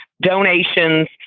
donations